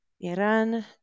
Iran